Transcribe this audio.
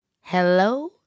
hello